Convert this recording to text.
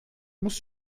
muss